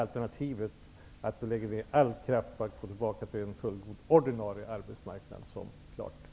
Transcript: Alternativet att lägga ner all kraft på att gå tillbaka till en fullgod ordinarie arbetsmarknad torde vara klart bättre.